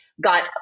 got